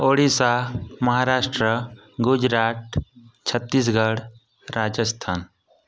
Odisha Maharashtra Gujarat Chhattisgarh Rajasthan